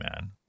man